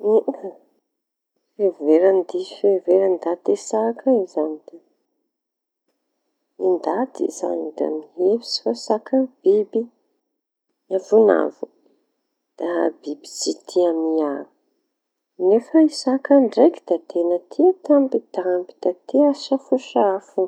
Eka, fiheveran-diso heveran-ndaty saka iñy zañy ty. Ndaty zany da mihevitsy zany fa saka biby miavoñavona da biby tsy tia miaro. Nefa saka ndraiky da tia tambitamby da tena tia safosafo.